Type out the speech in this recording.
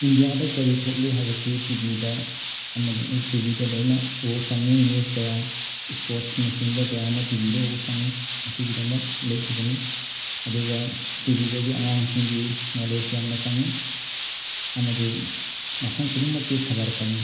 ꯏꯟꯗꯤꯌꯥꯗ ꯀꯔꯤ ꯊꯣꯛꯂꯤ ꯍꯥꯏꯕꯁꯤ ꯇꯤꯚꯤꯗ ꯑꯃꯗꯤ ꯇꯤꯚꯤꯗ ꯂꯣꯏꯅ ꯎꯕ ꯐꯪꯉꯤ ꯅ꯭ꯌꯨꯁ ꯀꯌꯥ ꯏꯁꯄꯣꯔꯠꯁꯅꯆꯤꯡꯕ ꯀꯌꯥ ꯑꯃ ꯇꯤꯚꯤꯗ ꯎꯕ ꯐꯪꯉꯤ ꯑꯁꯤꯒꯤꯗꯃꯛ ꯂꯩꯈꯤꯕꯅꯤ ꯑꯗꯨꯒ ꯇꯤꯚꯤꯗꯒꯤ ꯑꯉꯥꯡꯁꯤꯡꯒꯤ ꯅꯣꯂꯦꯖ ꯌꯥꯝꯅ ꯐꯪꯉꯤ ꯑꯃꯗꯤ ꯃꯐꯝ ꯈꯨꯗꯤꯡꯃꯛꯀꯤ ꯈꯕꯔ ꯐꯪꯉꯤ